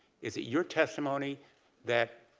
is it your testimony that